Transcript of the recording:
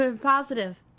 positive